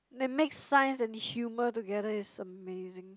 they mix science and humour together it's amazing